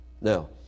Now